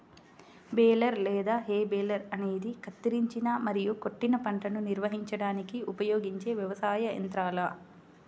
baler లేదా hay baler అనేది కత్తిరించిన మరియు కొట్టిన పంటను నిర్వహించడానికి ఉపయోగించే వ్యవసాయ యంత్రాల